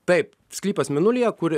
taip sklypas mėnulyje kur